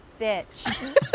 Bitch